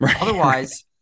Otherwise